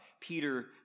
Peter